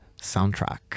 soundtrack